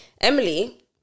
Emily